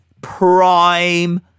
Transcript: prime